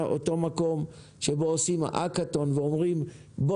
אותו מקום שעושים בו הקאתון ואומרים 'בוא